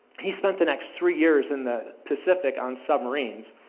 he spent the next three years in the pacific on submarines.